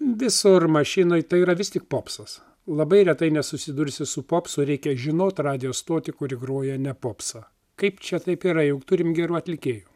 visur mašinoj tai yra vis tik popsas labai retai nesusidursi su popsu reikia žinot radijo stotį kuri groja ne popsą kaip čia taip yra juk turim gerų atlikėjų